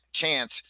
chance